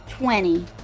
Twenty